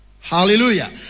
Hallelujah